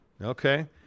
Okay